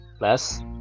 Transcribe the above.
less